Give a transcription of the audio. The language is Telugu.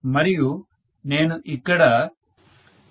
మరియు నేను ఇక్కడ 0